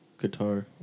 Guitar